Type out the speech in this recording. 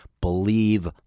believe